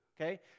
okay